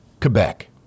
Quebec